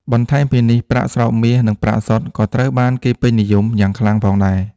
បន្ថែមពីនេះ ប្រាក់ស្រោបមាស និងប្រាក់សុទ្ធ ក៏ត្រូវបានគេពេញនិយមយ៉ាងខ្លាំងផងដែរ។